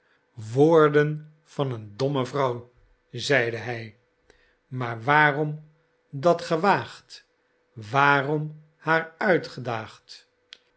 woorden van een domme vrouw zeide hij maar waarom dat gewaagd waarom haar uitgedaagd